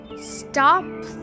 Stop